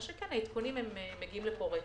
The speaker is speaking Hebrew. מה שכן, העדכונים מגיעים לכאן רטרואקטיבית.